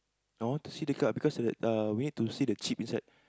I want to see the card because uh we need to see the chip inside